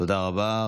תודה רבה.